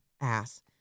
ass